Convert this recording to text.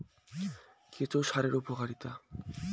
কেঁচো সারের উপকারিতা?